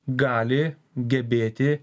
gali gebėti